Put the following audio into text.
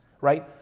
right